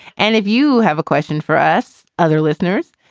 and if you have a question for us, other listeners,